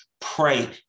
Pray